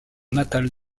natale